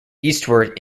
eastward